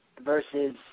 versus